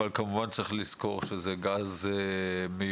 אבל כמובן שצריך לזכור שזה גז מיובא,